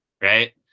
right